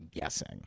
guessing